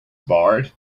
barred